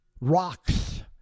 rocks